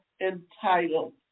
entitled